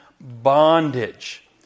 bondage